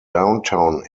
downtown